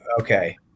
okay